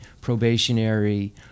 probationary